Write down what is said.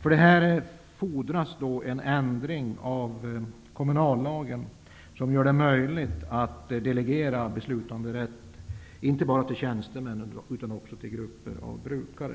För det här fordras en ändring av kommunallagen, som gör det möjligt att delegera beslutanderätten, inte bara till tjänstemän utan också till grupper av brukare.